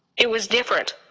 it was different.